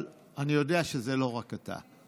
אבל אני יודע שזה לא רק אתה.